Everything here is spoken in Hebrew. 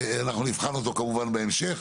אנחנו נבחן אותו כמובן בהמשך.